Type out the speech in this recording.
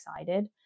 excited